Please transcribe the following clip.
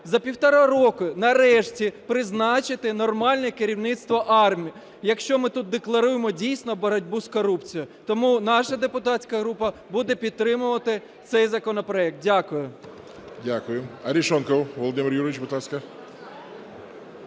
за півтора року нарешті призначити нормальне керівництво АРМА, якщо ми тут декларуємо дійсно боротьбу з корупцією. Тому наша депутатська група буде підтримувати цей законопроект. Дякую.